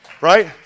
right